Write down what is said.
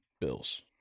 Bills